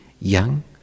young